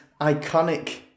iconic